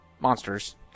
monsters